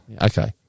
Okay